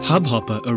Hubhopper